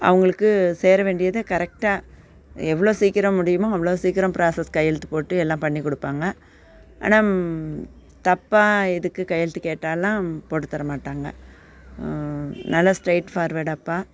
அவர்களுக்கு சேர வேண்டியதை கரெக்டாக எவ்வளோ சீக்கிரம் முடியுமோ அவ்வளோ சீக்கிரம் ப்ராசஸ் கையெழுத்து போட்டு எல்லாம் பண்ணி கொடுப்பாங்க ஆனால் தப்பாக இதுக்கு கையெழுத்து கேட்டாயெலாம் போட்டு தர மாட்டாங்க நல்லா ஸ்ட்ரெயிட் ஃபார்வேட் அப்பா